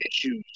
issues